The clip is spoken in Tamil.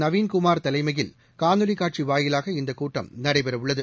நவீன் குமார் தலைமையில் காணொலிக் காட்சி வாயிலாக இந்தக் கூட்டம் நடைபெறவுள்ளது